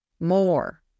more